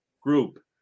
group